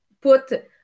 put